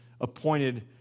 appointed